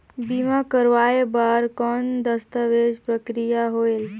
बीमा करवाय बार कौन दस्तावेज प्रक्रिया होएल?